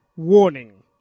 Warning